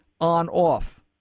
on-off